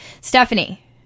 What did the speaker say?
Stephanie